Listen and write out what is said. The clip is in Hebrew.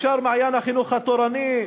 אפשר "מעיין החינוך התורני",